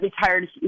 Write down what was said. retired